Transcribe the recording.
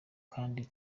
kandi